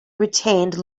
retained